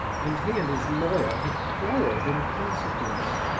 and he and his lawyer had quarreled in consequence.